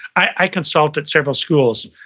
i consulted several schools.